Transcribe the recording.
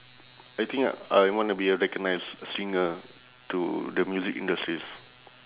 I think I wanna be a recognised singer to the music industries